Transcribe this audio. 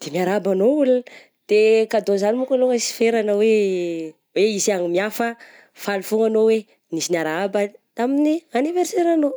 de miarahaba anao ny ologna, de cadeaux zany manko lo sy feragna hoe, hoe isy hagnome fa faly foagna anao hoe nisy niarahaba tamin'ny anniversaire anao.